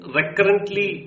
recurrently